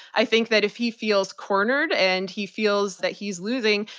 i think that if he feels cornered and he feels that he's losing,